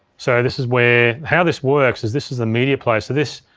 so this is where, how this works is this is the media player so this,